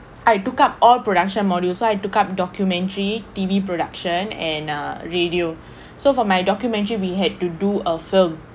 I took up all production module so I took up documentary T_V production and err radio so for my documentary we had to do a film